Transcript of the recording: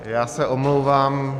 Já se omlouvám.